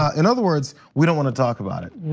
ah in other words, we don't wanna talk about it.